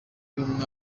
ubwo